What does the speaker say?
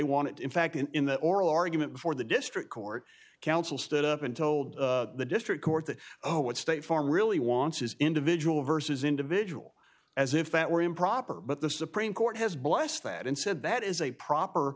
want in fact in oral argument before the district court counsel stood up and told the district court that oh what state farm really wants is individual versus individual as if that were improper but the supreme court has blessed that and said that is a proper